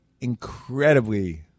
incredibly